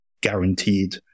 guaranteed